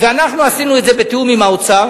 ואנחנו עשינו את זה בתיאום עם האוצר.